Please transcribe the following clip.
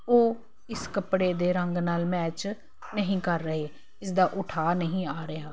ਉਹ ਇਸ ਕੱਪੜੇ ਦੇ ਰੰਗ ਨਾਲ ਮੈਚ ਨਹੀਂ ਕਰ ਰਹੇ ਇਸ ਦਾ ਉਠਾ ਨਹੀਂ ਆ ਰਿਹਾ